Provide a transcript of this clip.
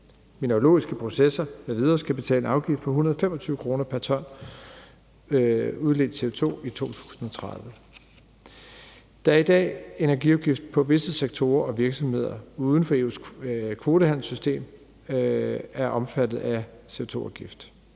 Mineralogiske processer m.v. skal betale afgift på 125 kr. pr. ton udledt CO2 i 2030. Der er i dag energiafgift på visse sektorer og virksomheder uden for EU's kvotehandelssystem i forbindelse med at